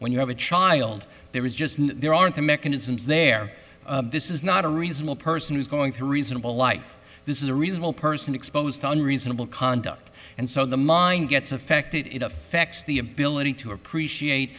when you have a child there is just there aren't the mechanisms there this is not a reasonable person who's going through reasonable life this is a reasonable person exposed on reasonable conduct and so the mind gets affected it affects the ability to appreciate